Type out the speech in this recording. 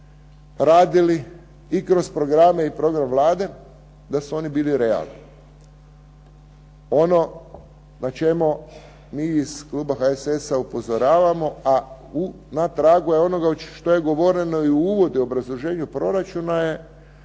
radili i kroz programe i program Vlade, da su oni bili realni. Ono na čemu mi iz kluba HSS-a upozoravamo a na tragu je onoga što je govoreno i u uvodu i obrazloženju proračuna je